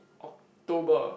October